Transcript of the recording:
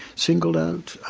singled out,